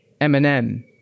Eminem